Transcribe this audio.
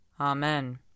Amen